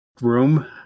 room